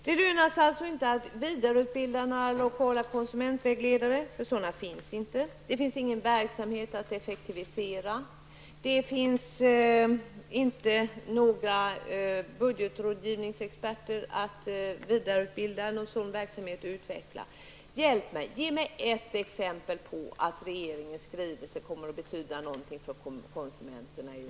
Det lönar sig inte att vidareutbilda några lokala konsumentvägledare, eftersom det inte finns några sådana. Det finns ingen verksamhet att effektivisera. Vidare finns det inte några budgetrådgivningsexperter att vidareutbilda eller någon sådan verksamhet att utveckla. Hjälp mig! Ge mig ett exempel på att regeringens skrivelse kommer att betyda någonting för konsumenterna i